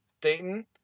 Dayton